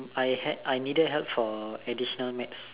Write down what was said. I had I needed help for additional maths